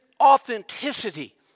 authenticity